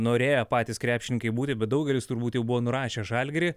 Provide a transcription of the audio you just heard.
norėjo patys krepšininkai būti bet daugelis turbūt jau buvo nurašę žalgirį